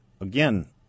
again